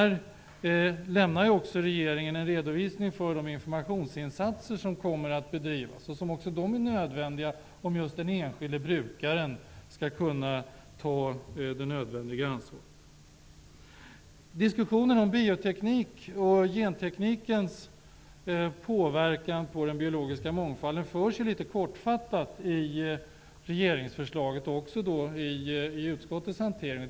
Regeringen kommer att lämna en redovisning av de informationsinsatser som kommer att göras och som också är nödvändiga om den enskilde brukaren skall kunna ta det nödvändiga ansvaret. Diskussionen om bioteknikens och genteknikens påverkan på den biologiska mångfalden förs litet kortfattat i regeringsförslaget och också i utskottets betänkande.